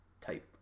type